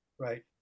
Right